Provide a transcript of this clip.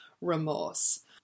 remorse